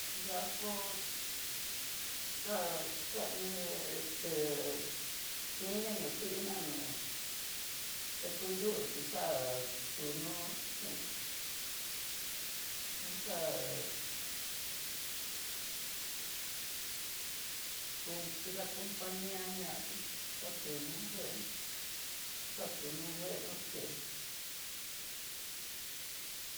Dadkó ká kaiin esté kuini nó tiná no'o, té ku nru tizáa tu nó xintí un xá'a kún kidá compania ñatí xatunó bueno xatuno bueno kená'a.